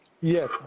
Yes